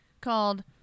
called